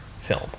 film